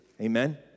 Amen